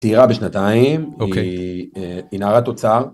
צעירה בשנתיים, היא נערת אוצר. ‫-אוקיי.